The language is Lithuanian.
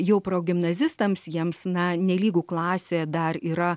jau progimnazistams jiems na nelygu klasė dar yra